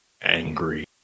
angry